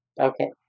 Okay